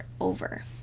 over